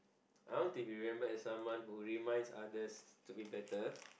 I want to be remembered as someone who reminds others to be better